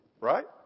Right